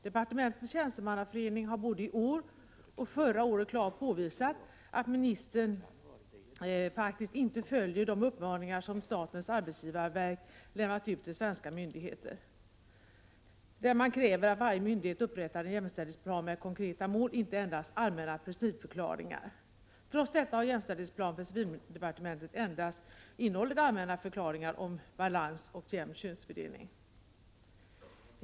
Departementets tjänstemannaförening har både i år och 26 november 1987 förra året klart påvisat att ministern faktiskt inte följer de uppmaningar Som — JdcdÄ statens arbetsgivarverk riktat till svenska myndigheter. Man kräver att varje myndighet upprättar en jämställdhetsplan med konkreta mål, inte endast allmänna principförklaringar. Trots detta har jämställdhetsplanen för civildepartementet endast innehållit allmänna förklaringar om balans och jämn könsfördelning.